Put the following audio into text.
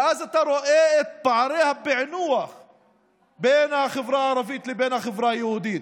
ואז אתה רואה את פערי הפיענוח בין החברה הערבית לבין החברה היהודית.